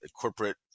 corporate